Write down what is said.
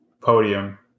podium